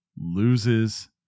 loses